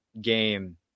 game